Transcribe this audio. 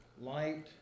light